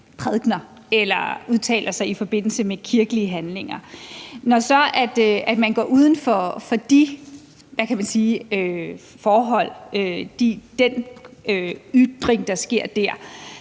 prædiker eller udtaler sig i forbindelse med kirkelige handlinger. Når man – hvad kan man sige – så går uden for de forhold, den ytring, der sker der,